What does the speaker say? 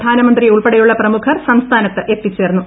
പ്രധാനമന്ത്രി ഉൾപ്പെടെയുള്ള പ്രമുഖർ സംസ്ഥാനത്ത് എത്തിച്ചേർന്നു